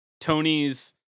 tony's